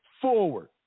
forward